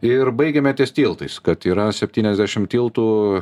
ir baigėme ties tiltais kad yra septyniasdešim tiltų